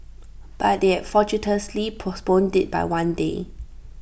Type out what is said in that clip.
but they had fortuitously postponed IT by one day